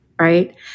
right